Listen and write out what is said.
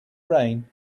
rain